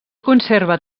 conserva